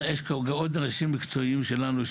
יש פה עוד אנשים מקצועיים שלנו,